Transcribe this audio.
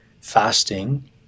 fasting